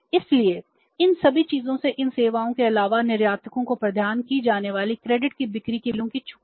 इसलिए इन सभी चीजों से इन सेवाओं के अलावा निर्यातकों को प्रदान की जाने वाली क्रेडिट की बिक्री के बिलों में छूट मिलती है